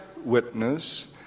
witness